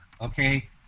Okay